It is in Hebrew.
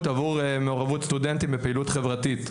עבור מעורבות סטודנטים בפעילות חברתית.